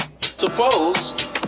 Suppose